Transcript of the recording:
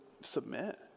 submit